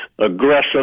aggressive